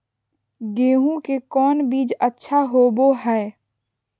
गेंहू के कौन बीज अच्छा होबो हाय?